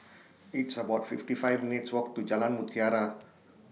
It's about fifty five minutes' Walk to Jalan Mutiara